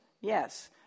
yes